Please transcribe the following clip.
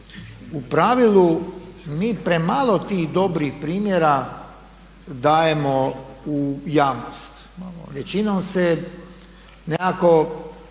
u pravilu mi premalo tih dobih primjera dajemo u javnost. Većinom se nekako